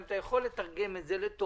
אם אתה יכול לתרגם את זה לטופס